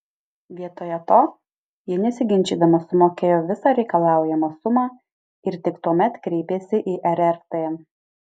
vietoje to ji nesiginčydama sumokėjo visą reikalaujamą sumą ir tik tuomet kreipėsi į rrt